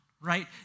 right